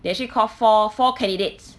they actually call four four candidates